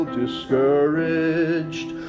discouraged